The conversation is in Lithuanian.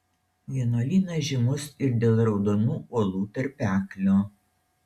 vienuolynas žymus ir dėl raudonų uolų tarpeklio